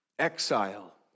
Exile